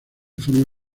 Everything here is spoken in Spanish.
forma